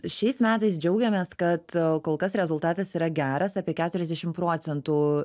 šiais metais džiaugiamės kad kol kas rezultatas yra geras apie keturiasdešimt procentų